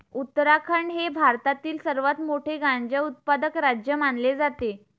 उत्तराखंड हे भारतातील सर्वात मोठे गांजा उत्पादक राज्य मानले जाते